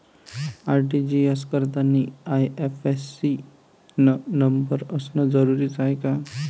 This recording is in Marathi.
आर.टी.जी.एस करतांनी आय.एफ.एस.सी न नंबर असनं जरुरीच हाय का?